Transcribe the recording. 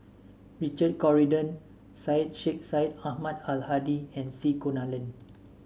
Richard Corridon Syed Sheikh Syed Ahmad Al Hadi and C Kunalan